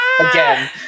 Again